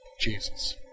Jesus